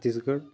Chhattisgarh